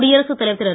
குடியரசுத் தலைவர் திரு